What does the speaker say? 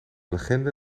legende